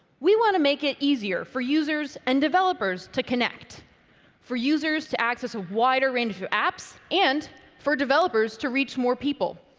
we want to make it easier for users and developers to connect for users to access a wider range of apps and for developers to reach more people.